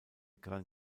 gran